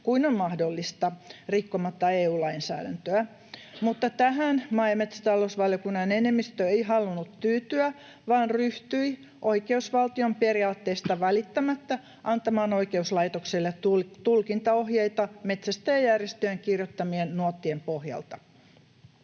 kuin on mahdollista rikkomatta EU-lainsäädäntöä, mutta tähän maa- ja metsätalousvaliokunnan enemmistö ei halunnut tyytyä vaan ryhtyi oikeusvaltion periaatteista välittämättä antamaan oikeuslaitokselle tulkintaohjeita metsästäjäjärjestöjen kirjoittamien nuottien pohjalta.